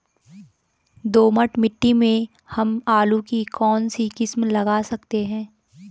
दोमट मिट्टी में हम आलू की कौन सी किस्म लगा सकते हैं?